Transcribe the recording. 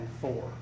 four